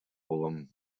fulham